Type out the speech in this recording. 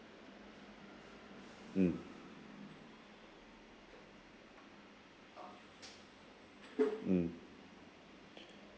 mm mm